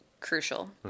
crucial